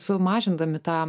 sumažindami tą